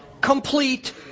complete